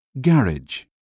Garage